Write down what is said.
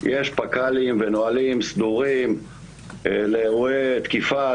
יש פק"לים ונהלים סדורים לאירועי תקיפה,